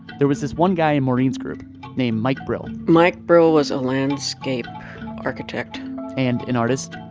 there was this one guy in maureen's group named mike brill mike brill was a landscape architect and an artist.